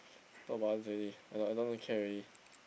talk about others already I don't I don't really care already